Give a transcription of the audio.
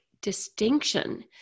distinction